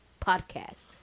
podcast